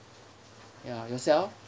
ya yourself